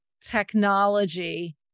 technology